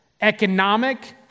economic